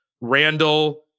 Randall